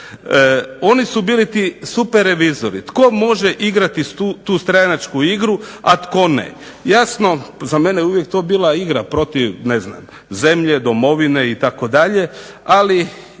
Oni su bili ti super revizori. Tko može igrati svu tu stranačku igru, a tko ne? Jasno, za mene je uvijek to bila igra protiv ne znam zemlje, domovine itd. Ali